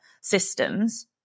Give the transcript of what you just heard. systems